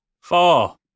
four